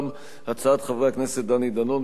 הצעות חברי הכנסת דני דנון ויעקב כץ.